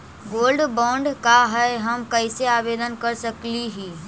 Gold bond का है, हम कैसे आवेदन कर सकली ही?